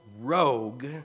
rogue